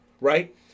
right